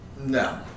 No